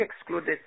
excluded